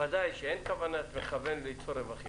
ודאי שאין כוונת מכוון להשיא רווחים.